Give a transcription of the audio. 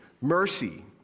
mercy